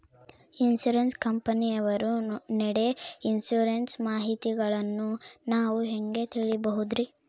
Insurance ಕಂಪನಿಯವರು ನೇಡೊ insurance ಮಾಹಿತಿಗಳನ್ನು ನಾವು ಹೆಂಗ ತಿಳಿಬಹುದ್ರಿ?